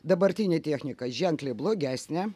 dabartinė technika ženkliai blogesnė